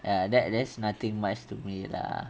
ah that there's nothing much to me lah